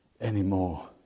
anymore